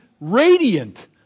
radiant